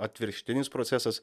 atvirkštinis procesas